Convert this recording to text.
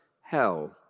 hell